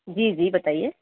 جی جی بتائیے